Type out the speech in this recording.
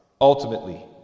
ultimately